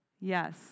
Yes